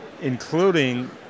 including